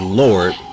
lord